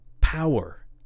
power